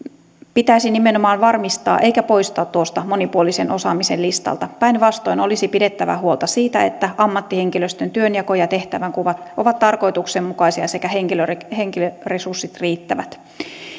pitäisi nimenomaan varmistaa eikä poistaa tuosta monipuolisen osaamisen listalta päinvastoin olisi pidettävä huolta siitä että ammattihenkilöstön työnjako ja tehtävänkuva ovat tarkoituksenmukaisia sekä henkilöresurssit riittävät